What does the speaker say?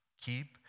keep